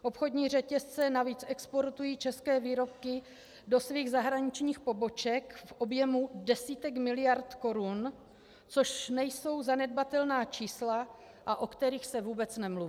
Obchodní řetězce navíc exportují české výrobky do svých zahraničních poboček v objemu desítek miliard korun, což nejsou zanedbatelná čísla, a o kterých se vůbec nemluví.